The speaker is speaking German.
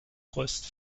rost